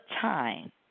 time